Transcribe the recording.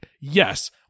Yes